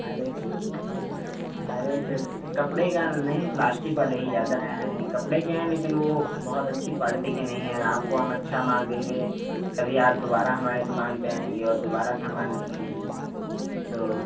अरे फिर अरे फिर कपड़े का नहीं प्लास्टिक वाले ही ज़्यादा हैं कपड़े के हैं लेकिन वह बहुत अच्छी क्वाल्टी के नहीं हैं आपको हम अच्छा माल देंगे तभी आप दुबारा हमारी दुकान पर आएँगी और दुबारा सामान लेंगी तो